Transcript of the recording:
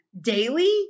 daily